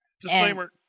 Disclaimer